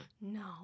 No